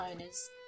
owners